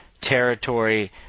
territory